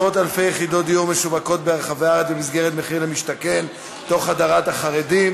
יחידות דיור משווקות ברחבי הארץ במסגרת מחיר למשתכן תוך הדרת החרדים.